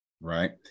right